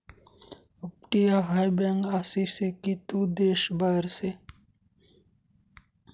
अपटीया हाय बँक आसी से की तू देश बाहेर से